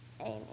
amen